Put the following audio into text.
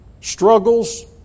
struggles